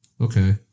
Okay